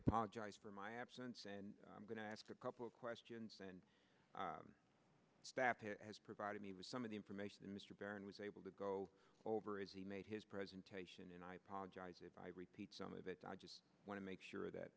apologize for my absence and i'm going to ask a couple of questions the staff has provided me with some of the information mr baron was able to go over as he made his presentation and i apologize if i repeat some of it i just want to make sure that